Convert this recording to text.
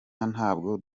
ntabwo